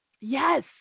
Yes